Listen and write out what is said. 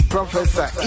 Professor